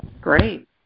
Great